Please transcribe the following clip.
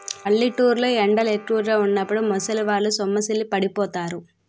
పల్లెటూరు లో ఎండలు ఎక్కువుగా వున్నప్పుడు ముసలివాళ్ళు సొమ్మసిల్లి పడిపోతారు